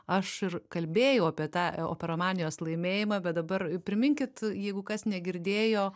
aš ir kalbėjau apie tą operomanijos laimėjimą bet dabar priminkit jeigu kas negirdėjo